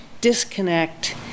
disconnect